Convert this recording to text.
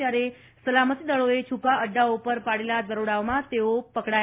ત્યારે સલામતી દળોએ છૂપા અઙાઓ પર પાડેલા દરોડાઓમાં તેઓ પકડાયા છે